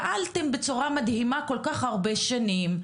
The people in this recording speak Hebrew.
פעלתם בצורה מדהימה כל כך הרבה שנים.